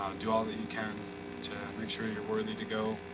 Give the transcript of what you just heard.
do all that you can to make sure you're worthy to go.